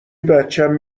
بچم